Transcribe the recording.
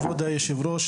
כבוד היושב-ראש,